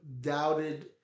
doubted